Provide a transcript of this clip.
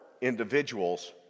individuals